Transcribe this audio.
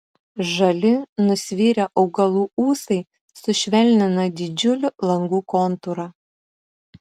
žali nusvirę augalų ūsai sušvelnina didžiulių langų kontūrą